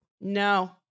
no